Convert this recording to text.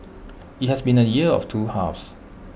IT has been A year of two halves